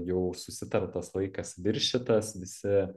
jau susitartas laikas viršytas visi